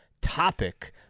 topic